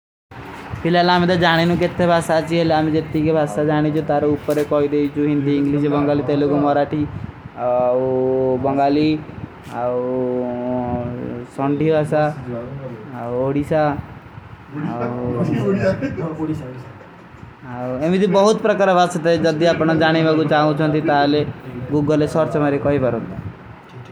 ପିଲେଲାମେ ଦେ ଜାନେ ନୁ କେଥେ ବାସାଂ ଆଚିଯେ, ଲାମେ ଜେ ତୀକେ ବାସାଂ ଜାନେ ଜୂ ତାରେ ଉପରେ କୋଈ ଦେଊଜୁ, ହିନ୍ଦୀ, ଇଂଗ୍ଲୀ, ବଂଗଲୀ, ତେଲିଗା, ମୋରାଥୀ, ବଂଗଲୀ, ସୌଂଧୀ ବାସାଁ, ଓଡିଶା, ଵୋଡିଯାତେ? ଓଡିଶା, ଓଡିଶା। ଅମେଦୀ ବହୁତ ପ୍ରକରଭାସତ ହୈ ଜବ ଆପନା ଜାନେ ମେଂ କୁଛ ଆହୂଂ ଚାହତୀ ଥା ଅଲେ ଗୁଗଲେ ସୌର୍ଚ ମେରେ କୋଈ ବରୁତ ନହୀଂ।